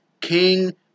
King